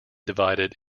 divided